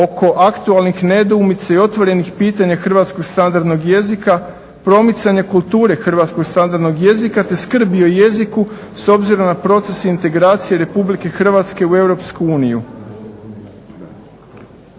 oko aktualnih nedoumica i otvorenih pitanja hrvatskog standardnog jezika, promicanja kulture hrvatskog standardnog jezika te skrbi o jeziku s obzirom na proces integracije RH u EU.